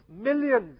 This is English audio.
millions